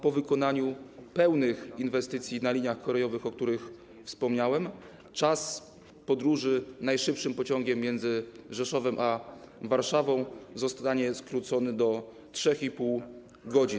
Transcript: Po wykonaniu pełnych inwestycji na liniach kolejowych, o których wspomniałem, czas podróży najszybszym pociągiem między Rzeszowem a Warszawą zostanie skrócony do 3,5 godziny.